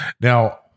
Now